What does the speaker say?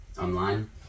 online